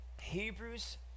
Hebrews